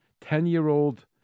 Ten-year-old